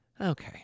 Okay